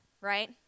right